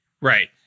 Right